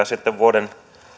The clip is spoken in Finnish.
sitten vuoden